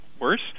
worse